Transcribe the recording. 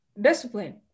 discipline